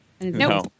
No